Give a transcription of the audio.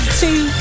two